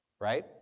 right